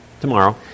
tomorrow